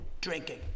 drinking